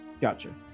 gotcha